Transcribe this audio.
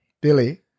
Billy